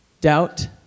doubt